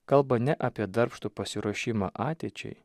kalba ne apie darbštų pasiruošimą ateičiai